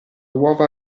uova